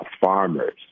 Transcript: farmers